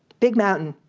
big mountain.